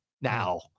now